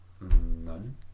None